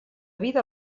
vida